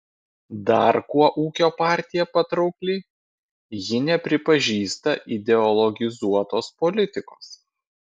dar kuo ūkio partija patraukli ji nepripažįsta ideologizuotos politikos